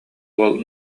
уол